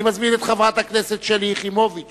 אני מזמין את חברת הכנסת שלי יחימוביץ